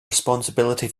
responsibility